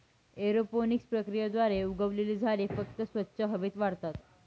aeroponics प्रक्रियेद्वारे उगवलेली झाडे फक्त स्वच्छ हवेत वाढतात